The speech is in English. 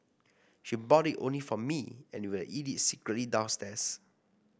she bought it only for me and we would eat it secretly downstairs